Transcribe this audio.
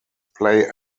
play